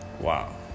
wow